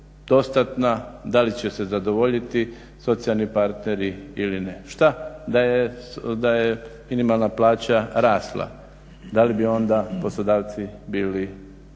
da li će se zadovoljiti socijalni partneri ili ne. Što da je minimalna plaća rasla, da li bi onda poslodavci bili